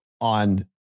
On